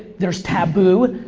there's taboo.